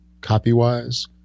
copy-wise